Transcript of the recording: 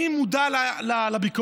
אני מודע לביקורת,